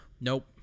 Nope